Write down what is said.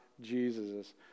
Jesus